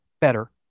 better